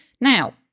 Now